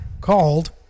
called